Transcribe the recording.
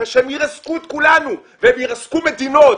אחרי שהם ירסקו את כולנו והם ירסקו מדינות